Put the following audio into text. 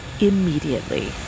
immediately